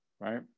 Right